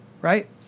right